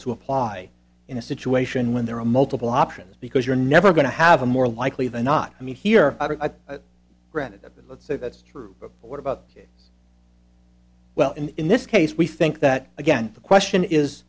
to apply in a situation when there are multiple options because you're never going to have a more likely than not i mean here are a granted that let's say that's true but what about it well in this case we think that again the question is